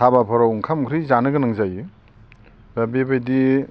हाबाफोराव ओंखाम ओंख्रि जानो गोनां जायो दा बेबायदि